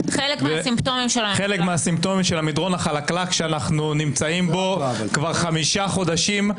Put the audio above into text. חלק מהסימפטומים של המדרון החלקלק שאנו נמצאים בו כבר חמישה חודשים.